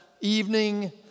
evening